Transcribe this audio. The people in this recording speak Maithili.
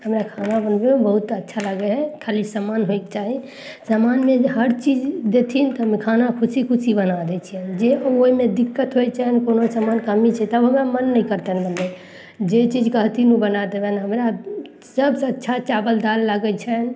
हमरा खाना बनबयमे बहुत अच्छा लागय हइ खाली समान होइके चाही सामानमे हर चीज देथिन तऽ हम खाना खुशी खुशी बना दै छियै जे ओइमे दिक्कत होइ छनि कोनो सामान कमी छै तऽ हमरा मन नहि करतनि बनबयके जे चीज कहथिन उ बना देबनि हमरा सबसँ अच्छा चावल दालि लागय छै